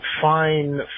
fine